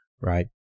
right